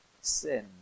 sin